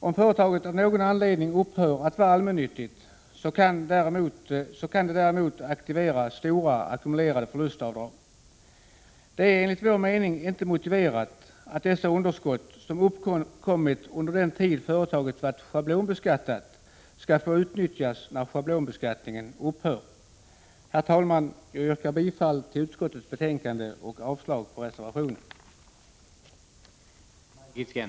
Om företaget av någon anledning upphör att vara allmännyttigt, kan det däremot aktivera stora ackumulerade förlustavdrag. Det är enligt vår mening inte motiverat att dessa underskott, som uppkommit under den tid företaget varit schablonbeskattat, skall få utnyttjas när schablonbeskattningen upphört. Herr talman! Jag yrkar bifall till utskottets hemställan och avslag på reservationen.